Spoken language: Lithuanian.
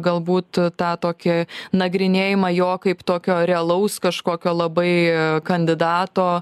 galbūt tą tokį nagrinėjimą jo kaip tokio realaus kažkokio labai kandidato